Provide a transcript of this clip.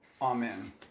Amen